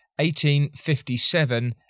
1857